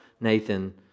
Nathan